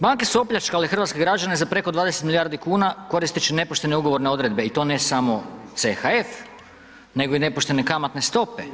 Banke su opljačkale hrvatske građane za preko 20 milijardi kuna koristeći nepoštene ugovorne odredbe i to ne samo CHF, nego i nepoštene kamatne stope.